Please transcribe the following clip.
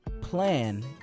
plan